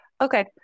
Okay